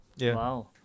Wow